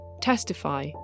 testify